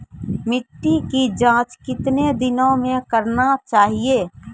मिट्टी की जाँच कितने दिनों मे करना चाहिए?